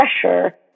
pressure